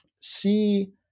See